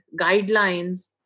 guidelines